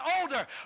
older